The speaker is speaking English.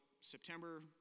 September